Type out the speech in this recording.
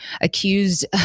accused